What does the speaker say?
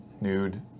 nude